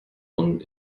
und